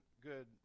good